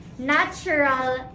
natural